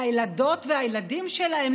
לילדות ולילדים שלהם,